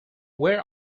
where